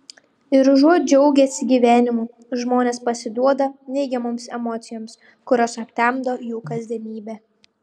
ir užuot džiaugęsi gyvenimu žmonės pasiduoda neigiamoms emocijoms kurios aptemdo jų kasdienybę